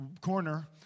corner